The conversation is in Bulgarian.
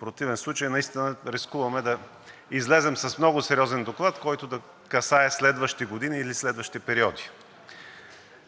противен случай наистина рискуваме да излезем с много сериозен доклад, който да касае следващи години или следващи периоди.